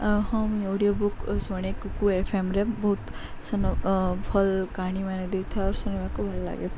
ଆ ହଁ ମୁଇଁ audio book ଶୁଣ କୁ ଏଫ୍ଏମରେେ ବହୁତ ସାନ ଭଲ୍ କାହାୀ ମାନେ ଦେଇଥାଉ ଆଉର୍ ଶୁଣିବାକୁ ଭଲ ଲାଗେ